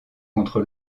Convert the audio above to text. contre